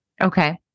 Okay